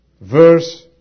verse